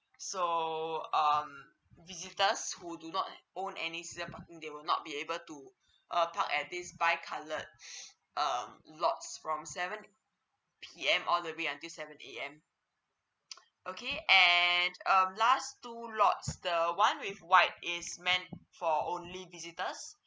so um visitors who do not own any season parking they will not be able to uh park at this bi coloured uh lots from seven P_M all the way until seven A_M okay and um last two lots the one with white it's main for only visitors